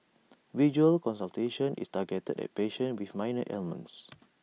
virtual consultation is targeted at patients with minor ailments